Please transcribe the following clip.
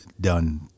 done